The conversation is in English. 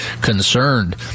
concerned